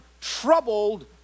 troubled